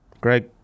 Greg